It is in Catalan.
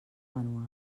manual